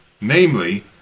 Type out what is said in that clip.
Namely